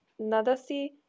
Nadasi